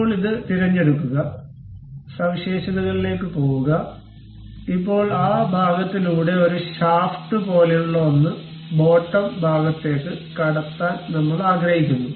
ഇപ്പോൾ ഇത് തിരഞ്ഞെടുക്കുക സവിശേഷതകളിലേക്ക് പോകുക ഇപ്പോൾ ആ ഭാഗത്തിലൂടെ ഒരു ഷാഫ്റ്റ് പോലെയുള്ള ഒന്ന് ബോട്ടം ഭാഗത്തേക്ക് കടത്താൻ നമ്മൾ ആഗ്രഹിക്കുന്നു